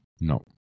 no